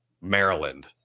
Maryland